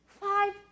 Five